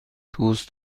دوست